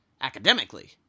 academically